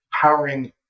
powering